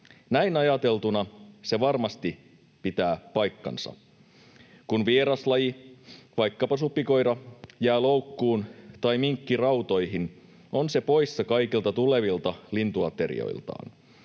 Näin ajateltuna se varmasti pitää paikkansa. Kun vieraslaji, vaikkapa supikoira, jää loukkuun tai minkki rautoihin, on se poissa kaikilta tulevilta lintuaterioiltaan.